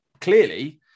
Clearly